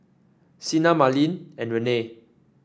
Sena Merlene and Renee